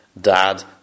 dad